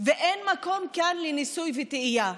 ואין מקום כאן לניסוי וטעייה.